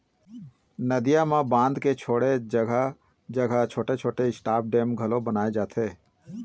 नदियां म बांध के छोड़े जघा जघा छोटे छोटे स्टॉप डेम घलोक बनाए जाथे